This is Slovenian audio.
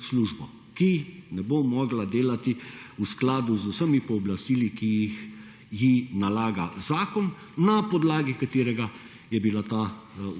službo, ki ne bo mogla delti v skladu z vsemi pooblastili, ki jih ji nalaga zakon na podlagi katerega je bila ta